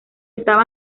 estaba